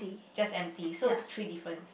just empty so three differences